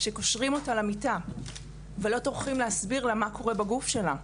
שקושרים אותה למיטה ולא טורחים להסביר לה מה קורה בגוף שלה.